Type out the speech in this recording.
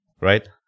Right